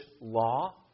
law